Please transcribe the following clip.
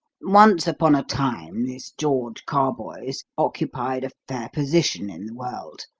once upon a time this george carboys occupied a fair position in the world,